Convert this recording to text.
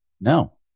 No